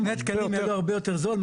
--- שני תקנים זה הרבה יותר זול מאשר.